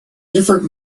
different